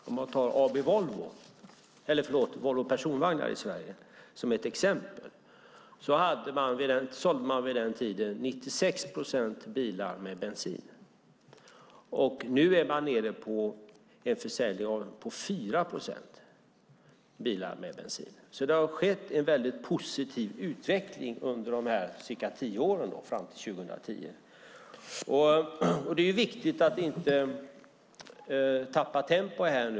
Om man tar Volvo Personvagnar i Sverige som ett exempel var 96 procent av de bilar man sålde år 2000 bensinbilar. Nu är man nere på 4 procent bensinbilar. Det har alltså skett en väldigt positiv utveckling under dessa ungefär tio år fram till 2010. Det är viktigt att inte tappa tempo.